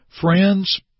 Friends